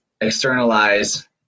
externalize